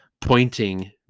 pointing